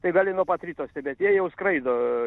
tai gali nuo pat ryto stebėt jie jau skraido